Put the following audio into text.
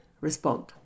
respond